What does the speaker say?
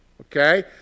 Okay